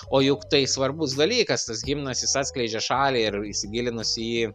o juk tai svarbus dalykas tas himnas jis atskleidžia šalį ir įsigilinus į jį